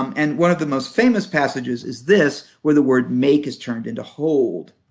um and one of the most famous passages is this, where the word make is turned into hold.